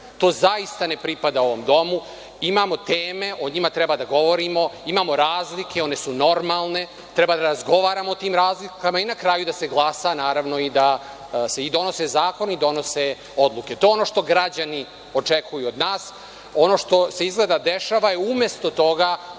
to zaista ne pripada ovom domu. Imamo teme, o njima treba da govorimo, imamo razlike, one su normalne, treba da razgovaramo o tim razlikama i na kraju da se glasa naravno i da se donose zakoni, donose odluke. To je ono što građani očekuju od nas. Ono što se izgleda dešava je umesto toga